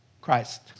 Christ